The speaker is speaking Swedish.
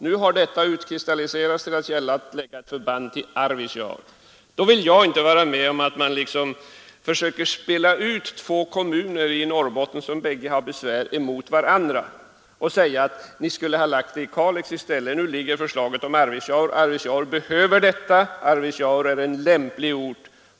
Frågan har utkristalliserat sig till att gälla förläggning av ett förband till Arvidsjaur. Jag vill då inte vara med om att försöka spela ut två kommuner i Norrbotten, som båda har besvärligheter, mot varandra och säga att man i stället skulle ha lagt förbandet till Kalix. Nu ligger förslaget om Arvidsjaur och Arvidsjaur behöver detta förband. Arvidsjaur är en lämplig ort.